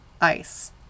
ice